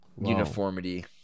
Uniformity